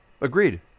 Agreed